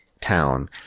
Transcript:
town